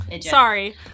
sorry